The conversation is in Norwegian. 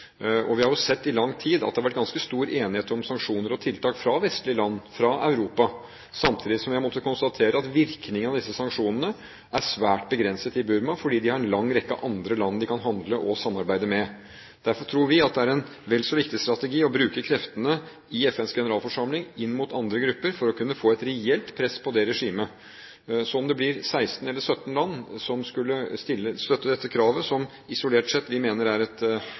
Vi har sett i lang tid at det har vært ganske stor enighet om sanksjoner og tiltak fra vestlige land, fra Europa. Samtidig har vi måttet konstatere at virkningen av disse sanksjonene er svært begrenset i Burma, fordi de har en lang rekke andre land de kan handle og samarbeide med. Derfor tror vi at det er en vel så viktig strategi å bruke kreftene i FNs generalforsamling inn mot andre grupper for å kunne få et reelt press på det regimet. Så om det blir 16 eller 17 land som skulle støtte dette kravet, som vi isolert sett mener er et